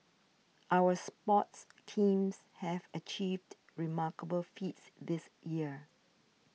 our sports teams have achieved remarkable feats this year